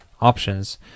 options